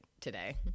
today